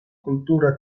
kultura